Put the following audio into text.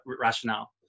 rationale